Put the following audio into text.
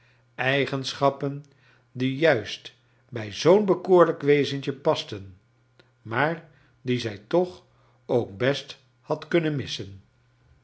eigenschappem die juist bij zoo'n hekoorlijk wezentje pas ten maar die zij toch ook best had kunnen miss